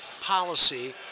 policy